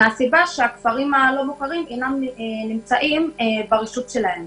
כי הם אינם נמצאים ברשות שלהם.